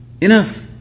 Enough